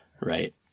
Right